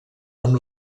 amb